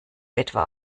etwa